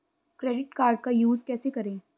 Credit card का use कैसे करें?